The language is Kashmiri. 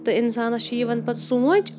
تہٕ اِنسانَس چھِ یِوان پَتہٕ سونٛچ